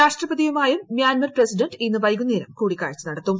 രാഷ്ട്രപതിയുമായും Myanmar president ഇന്ന് വൈകുന്നേരം കൂടിക്കാഴ്ച നടത്തും